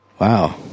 Wow